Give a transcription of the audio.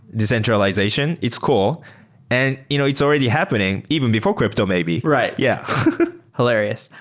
decentralization, it's core and you know it's already happening even before crypto maybe. right. yeah hilarious.